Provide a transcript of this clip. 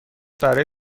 برای